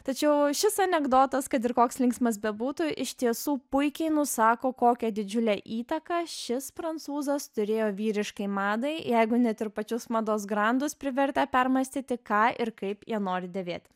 tačiau šis anekdotas kad ir koks linksmas bebūtų iš tiesų puikiai nusako kokią didžiulę įtaką šis prancūzas turėjo vyriškai madai jeigu net ir pačius mados grandus privertė permąstyti ką ir kaip jie nori dėvėti